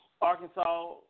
Arkansas